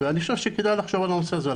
ואני חושב שכדאי לחשוב על הנושא הזה,